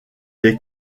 les